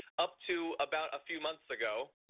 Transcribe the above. up to about a few months ago.